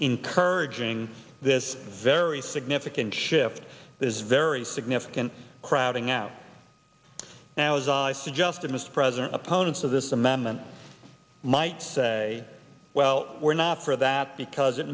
encouraging this very significant shift this very significant crowding out now as i suggested mr president opponents of this amendment might say well we're not for that because it